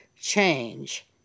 change